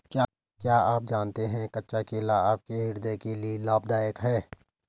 क्या आप जानते है कच्चा केला आपके हृदय के लिए लाभदायक है?